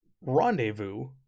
rendezvous